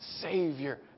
Savior